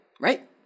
Right